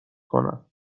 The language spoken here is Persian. کنم